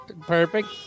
perfect